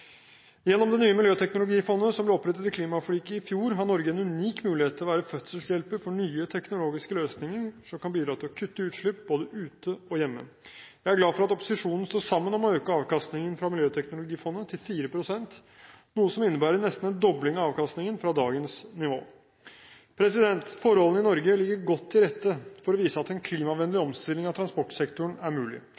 Gjennom det nye miljøteknologifondet som ble opprettet i klimaforliket i fjor, har Norge en unik mulighet til å være fødselshjelper for nye teknologiske løsninger som kan bidra til å kutte utslipp både ute og hjemme. Jeg er glad for at opposisjonen står sammen om å øke avkastningen fra miljøteknologifondet til 4 pst., noe som vil innebære nesten en dobling av avkastningen fra dagens nivå. Forholdene i Norge ligger godt til rette for å vise at en klimavennlig